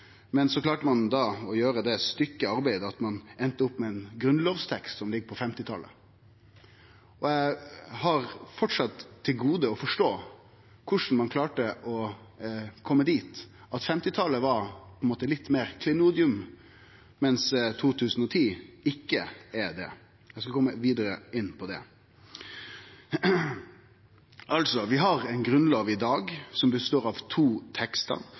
Men så klarte ein da å gjere eit stykke arbeid som gjorde at ein enda opp med ein bokmålsversjon av grunnlovsteksten som høyrer heime på 1950-talet. Eg har framleis til gode å forstå korleis ein klarte å kome dit at 1950-talet var litt meir av eit klenodium, medan 2010 ikkje var det. Eg skal kome vidare inn på det. Vi har altså ei grunnlov i dag som består av to